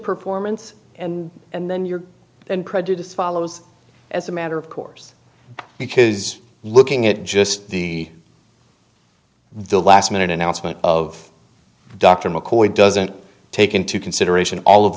performance and and then your own prejudice follows as a matter of course because looking at just the the last minute announcement of dr mccoy doesn't take into consideration all of